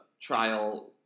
trial